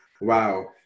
Wow